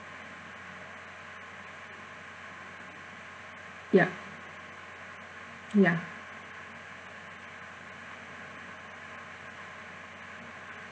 yup ya